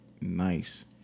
nice